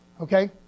Okay